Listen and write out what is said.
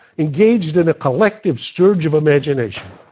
engaged in a collective surge of imagination.